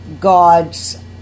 God's